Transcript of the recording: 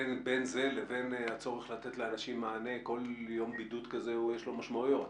בין זה לבין הצורך לתת לאנשים מענה כל יום בידוד יש לו משמעויות.